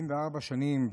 74 שנים.